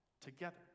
together